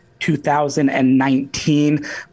2019